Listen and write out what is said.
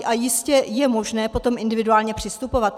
A jistě je možné potom individuálně přistupovat.